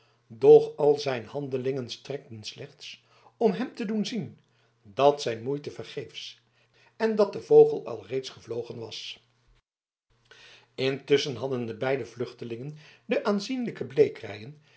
doch al zijn handelingen strekten slechts om hem te doen zien dat zijn moeite vergeefsch en dat de vogel alreeds gevlogen was intusschen hadden de beide vluchtelingen de aanzienlijke